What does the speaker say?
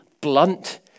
blunt